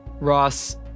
Ross